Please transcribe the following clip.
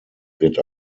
wird